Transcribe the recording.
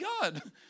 God